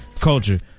culture